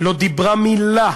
לא דיברה מילה,